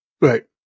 Right